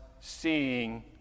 seeing